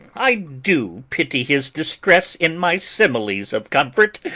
i do pity his distress in my similes of comfort,